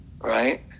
right